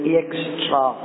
extra